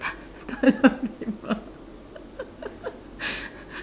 toilet paper